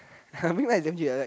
Big Mac is damn cheap like that